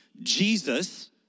Jesus